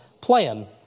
plan